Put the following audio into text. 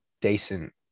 decent